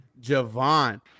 Javon